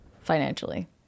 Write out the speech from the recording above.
financially